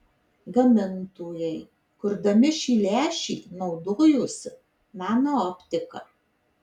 gamintojai kurdami šį lęšį naudojosi nanooptika